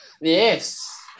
Yes